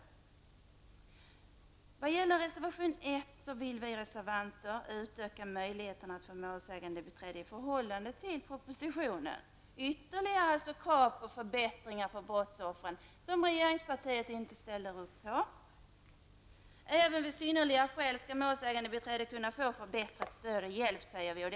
När det gäller reservation 1 framhåller vi reservanter att det bör bli större möjligheter att få målsägandebiträde än vad som föreslås i propositionen. Det gäller alltså ytterligare krav på förbättringar som regeringspartiet inte ställer upp på. Vi framhåller också att målsägandebiträde bör kunna få bättre hjälp och stöd om särskilda skäl föreligger.